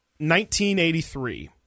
1983